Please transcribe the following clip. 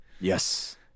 Yes